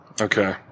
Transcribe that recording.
Okay